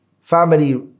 family